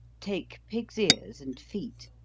take pig's ears and feet,